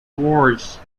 wars